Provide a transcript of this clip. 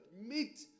meat